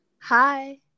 Hi